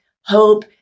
hope